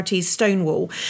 stonewall